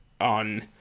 on